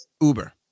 Uber